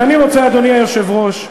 ואני רוצה, אדוני היושב-ראש,